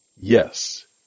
Yes